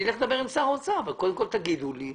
אני אלך לדבר עם שר האוצר אבל קודם כל תגידו לי,